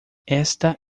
esta